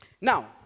Now